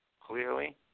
clearly